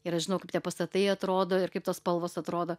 ir aš žinau kaip tie pastatai atrodo ir kaip tos spalvos atrodo